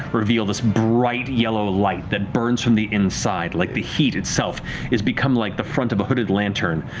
reveal this bright yellow light that burns from the inside, like the heat itself has become like the front of a hooded lantern,